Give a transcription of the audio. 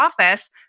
office